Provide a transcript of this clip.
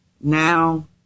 now